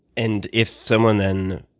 and if someone, then,